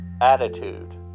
attitude